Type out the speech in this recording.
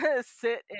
sit